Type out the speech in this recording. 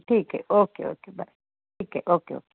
ठीक आहे okay okay bye ठीक आहे ओके ओके